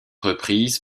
reprise